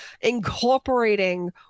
incorporating